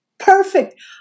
perfect